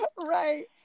Right